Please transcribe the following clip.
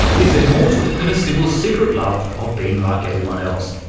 is there more to it than a simple secret love of being like everyone else?